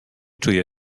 czuję